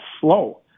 slow